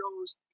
goes